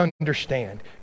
understand